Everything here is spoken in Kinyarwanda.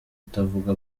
utavuga